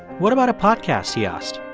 what about a podcast, he asked.